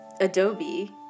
adobe